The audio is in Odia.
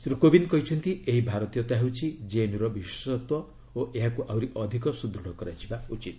ଶ୍ରୀ କୋବିନ୍ଦ କହିଛନ୍ତି ଏହି ଭାରତୀୟତା ହେଉଛି ଜେଏନ୍ୟୁର ବିଶେଷତ୍ୱ ଓ ଏହାକୁ ଆହୁରି ଅଧିକ ସୁଦୃଢ଼ କରାଯିବା ଉଚିତ୍